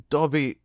Dobby